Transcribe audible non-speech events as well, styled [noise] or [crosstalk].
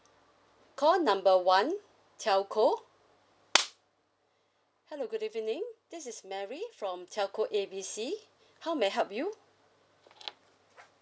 call number one telco [breath] hello good evening this is mary from telco A B C [breath] how may I help you